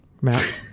Matt